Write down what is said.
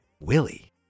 Willie